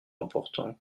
important